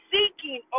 Seeking